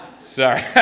sorry